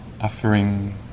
offering